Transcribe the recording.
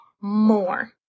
more